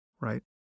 right